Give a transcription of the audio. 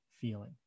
feeling